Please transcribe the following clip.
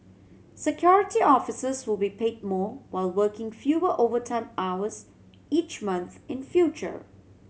Security Officers will be paid more while working fewer overtime hours each month in future